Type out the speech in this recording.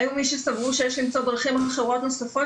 היו מי שסברו שיש למצוא דרכים אחרות נוספות